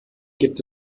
gibt